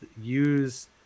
use